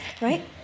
right